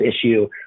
issue